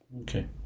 Okay